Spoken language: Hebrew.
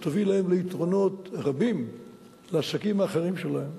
יביאו להם יתרונות רבים בעסקים אחרים שלהם.